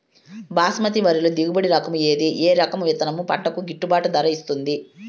బాస్మతి వరిలో దిగుబడి రకము ఏది ఏ రకము విత్తనం పంటకు గిట్టుబాటు ధర ఇస్తుంది